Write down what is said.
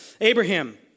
Abraham